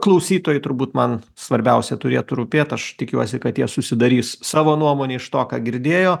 klausytojai turbūt man svarbiausia turėtų rūpėt aš tikiuosi kad jie susidarys savo nuomonę iš to ką girdėjo